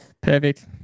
Perfect